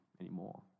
anymore